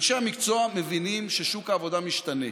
אנשי המקצוע מבינים ששוק העבודה משתנה.